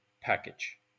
package